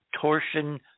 torsion